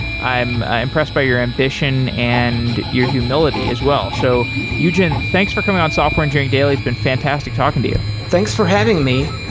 i am impressed by your ambition and your humility as well. so eugen, thanks for coming on software engineering daily. it's been fantastic talking to you. thanks for having me.